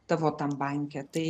tavo tam banke tai